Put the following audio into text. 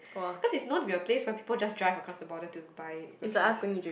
cause it's known to be a place where people just drive across the border to buy groceries